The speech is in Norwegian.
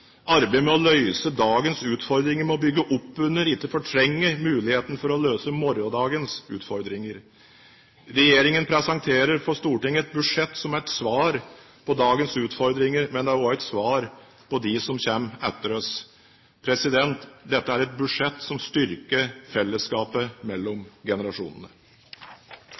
Arbeidet med å løse dagens utfordringer må bygge opp under – ikke fortrenge – mulighetene til å løse morgendagens utfordringer. Regjeringen presenterer for Stortinget et budsjett som er et svar på dagens utfordringer, men det er også et svar til dem som kommer etter oss. Dette er et budsjett som styrker fellesskapet mellom generasjonene.